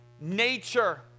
nature